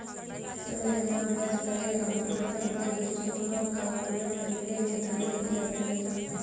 सावधि जमा ब्याज दरें आमतौर पर दो दृष्टिकोणों का उपयोग करके निर्धारित की जाती है